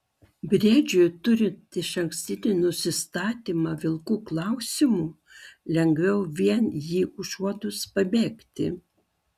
briedžiui turint išankstinį nusistatymą vilkų klausimu lengviau vien jį užuodus pabėgti